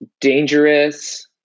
dangerous